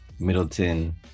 Middleton